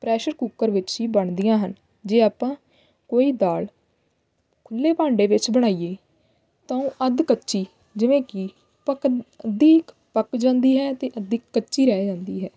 pressure cooker ਵਿੱਚ ਹੀ ਬਣਦੀਆਂ ਹਨ ਜੇ ਆਪਾਂ ਕੋਈ ਦਾਲ ਖੁੱਲ੍ਹੇ ਭਾਂਡੇ ਵਿੱਚ ਬਣਾਈਏ ਤਾਂ ਉਹ ਅੱਧ ਕੱਚੀ ਜਿਵੇਂ ਕਿ ਪੱਕ ਅੱਧੀ ਕ ਪੱਕ ਜਾਂਦੀ ਹੈ ਅਤੇ ਅੱਧੀ ਕੱਚੀ ਰਹਿ ਜਾਂਦੀ ਹੈ